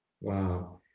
wow